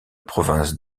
province